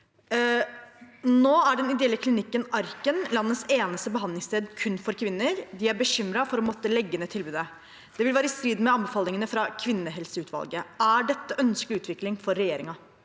Nå er den ideelle klinikken Arken, landets eneste behandlingssted kun for kvinner, bekymret for å måtte legge ned tilbudet. Det vil være i strid med anbefalingene fra Kvinnehelseutvalget. Er dette en ønsket utvikling for regjeringen?»